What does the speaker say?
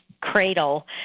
cradle